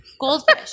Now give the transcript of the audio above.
goldfish